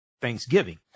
Thanksgiving